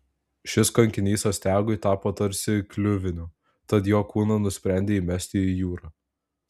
šis kankinys astiagui tapo tarsi kliuviniu tad jo kūną nusprendė įmesti į jūrą